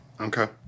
Okay